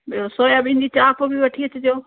ॿियो सोयाबीन जी चाप बि वठी अचिजो